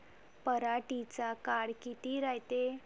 पराटीचा काळ किती रायते?